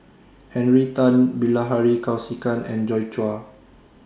Henry Tan Bilahari Kausikan and Joi Chua